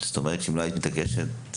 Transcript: אם לא היית מתעקשת,